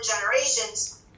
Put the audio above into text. generations